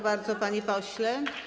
bardzo, panie pośle.